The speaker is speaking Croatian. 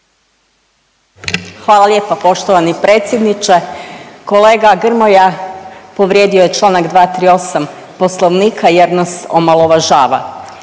Hvala lijepa poštovani predsjedniče. Kolega Grmoja povrijedio je Članak 238. Poslovnika jer nas omalovažava.